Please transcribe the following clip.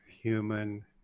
human